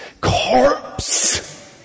corpse